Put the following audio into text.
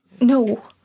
No